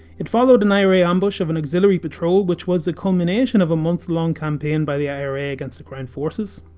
it followed an ira ambush of an auxiliary patrol, which was the culmination of a month long campaign by the ira against the crown forces.